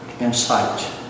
insight